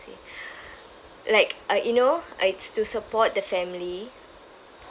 say like uh you know uh it's to support the family